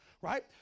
right